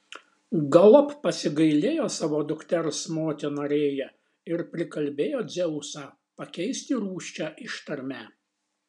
galop pasigailėjo savo dukters motina rėja ir prikalbėjo dzeusą pakeisti rūsčią ištarmę